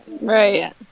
Right